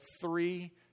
three